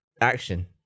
action